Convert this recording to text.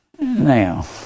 Now